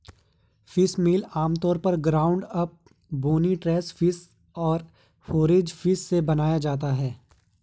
fishmeal आमतौर पर ground up, bony trash fish और फोरेज फिश से बनाया जाता है